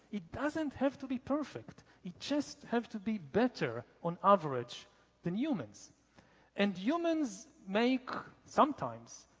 it doesn't have to be perfect. it just have to be better on average than humans and humans make, sometimes,